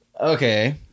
Okay